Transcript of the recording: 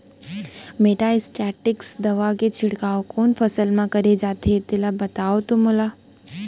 Metasystox दवा के छिड़काव कोन फसल म करे जाथे तेला बताओ त मोला?